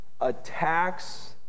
attacks